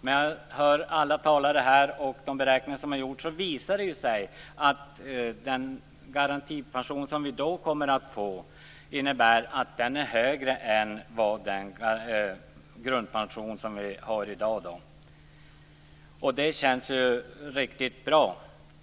När jag hör alla talare här tala om de beräkningar som har gjorts vill jag säga att det visat sig att den garantipension som vi kommer att få är högre än den grundpension som vi har i dag. Det känns riktigt bra.